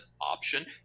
option